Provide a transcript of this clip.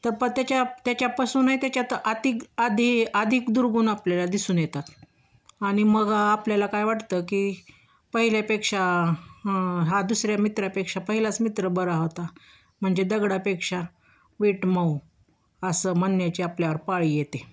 तर पण त्याच्या त्याच्यापासून त्याच्यात अधिक अधिक अधिक दुर्गुण आपल्याला दिसून येतात आणि मग आपल्याला काय वाटतं की पहिल्यापेक्षा हा दुसऱ्या मित्रापेक्षा पहिलाच मित्र बरा होता म्हणजे दगडापेक्षा वीट मऊ असं म्हणण्याची आपल्यावर पाळी येते